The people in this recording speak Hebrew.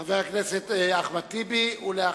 חבר הכנסת אחמד טיבי, בבקשה.